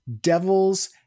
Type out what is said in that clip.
devils